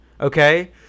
okay